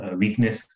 weakness